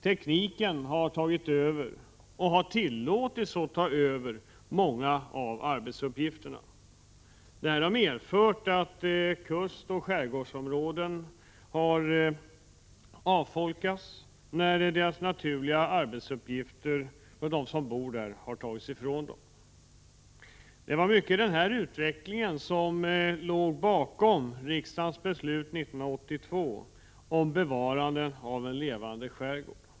Tekniken har tagit över, och tillåtits att ta över, många arbetsuppgifter. Detta har medfört att kustoch skärgårdsområden har avfolkats när de naturliga arbetsuppgifterna har tagits från dem som bor där. Det var till mycket stor del denna utveckling som låg bakom riksdagens beslut 1982 om bevarandet av en levande skärgård.